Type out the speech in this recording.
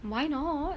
why not